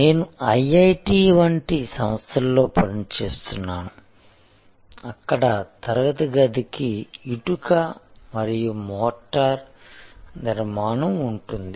నేను ఐఐటి వంటి సంస్థలో పని చేస్తున్నాను అక్కడ తరగతి గదికి ఇటుక మరియు మోర్టార్ నిర్మాణం ఉంటుంది